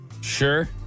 sure